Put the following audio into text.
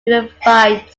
unified